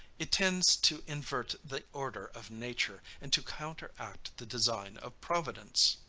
it tends to invert the order of nature, and to counteract the design of providence.